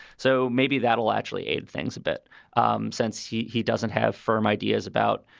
so maybe that'll actually aid things a bit um since he he doesn't have firm ideas about,